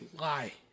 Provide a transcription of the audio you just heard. lie